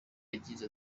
yagize